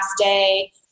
day